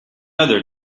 other